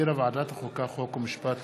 שהחזירה ועדת החוקה, חוק ומשפט.